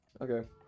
Okay